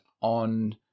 on